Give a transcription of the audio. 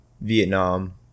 Vietnam